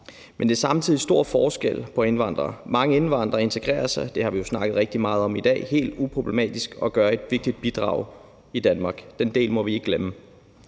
Men der er stor forskel på indvandrere. Mange indvandrere integrerer sig – det har vi jo snakket rigtig meget om i dag – helt uproblematisk og yder et vigtigt bidrag i Danmark. Den del må vi ikke glemme.